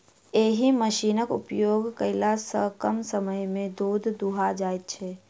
एहि मशीनक उपयोग कयला सॅ कम समय मे दूध दूहा जाइत छै